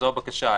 זו הבקשה,